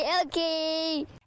okay